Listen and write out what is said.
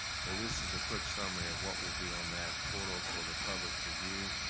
so this is a quick summary of what will be on that portal for the public to view.